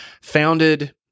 founded